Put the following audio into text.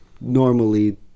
Normally